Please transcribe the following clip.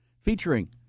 featuring